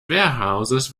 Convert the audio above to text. warehouses